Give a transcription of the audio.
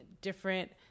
different